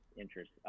interest